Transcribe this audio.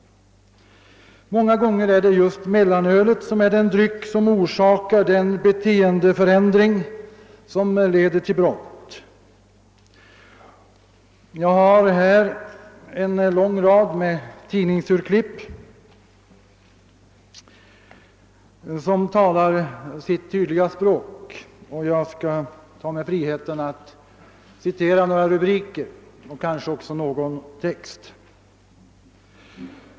Många gånger är just mellanölet den dryck som orsakar den beteendeförändring som leder till brottet. Jag har här en lång rad tidningsurklipp, som talar sitt tydliga språk, och jag skall ta mig friheten att citera några rubriker och kanske också någon text.